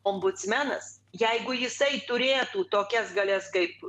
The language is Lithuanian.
ombudsmenas jeigu jisai turėtų tokias galias kaip